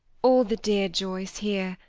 all the dear joyes here,